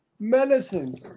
Medicine